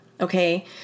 Okay